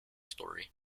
story